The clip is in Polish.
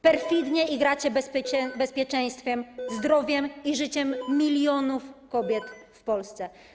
Perfidnie igracie bezpieczeństwem, zdrowiem i życiem milionów kobiet w Polsce.